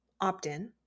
opt-in